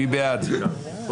מי בעד?